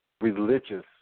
religious